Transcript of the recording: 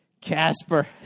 Casper